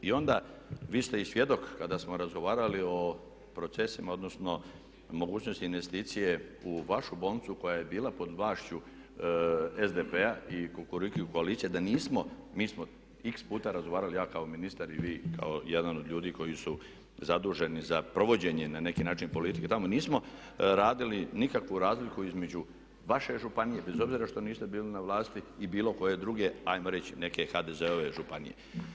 I onda, vi ste i svjedok kada smo razgovarali o procesima odnosno mogućnost investicije u vašu bolnicu koja je bila pod vlašću SDP-a i Kukuriku koalicije da nismo, mi smo iks puta razgovarali ja kao ministar i vi kao jedan od ljudi koji su zaduženi za provođenje na neki način politike tamo nismo radili nikakvu razliku između vaše županije, bez obzira što niste bili na vlasti, i bilo koje druge ajmo reći neke HDZ-ove županije.